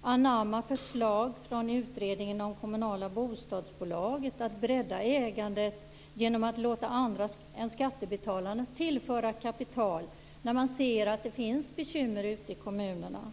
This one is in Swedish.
anamma förslaget från utredningen om kommunala bostadsbolag när det gäller att bredda ägandet genom att låta andra än skattebetalarna tillföra kapital när man ser att det finns bekymmer ute i kommunerna.